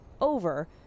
over